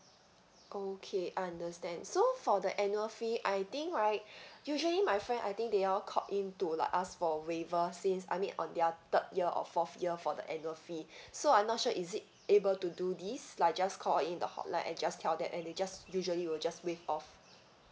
okay understand so for the annual fee I think right usually my friend I think they all called in to like ask for waiver since I mean on their third year or fourth year for the annual fee so I'm not sure is it able to do this like just call in the hotline and just tell them and they just usually will just waive off